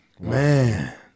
Man